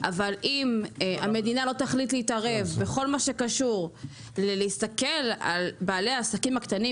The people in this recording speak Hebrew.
אבל אם המדינה לא תחליט להתערב בכל הקשור ללהסתכל על בעלי העסקים הקטנים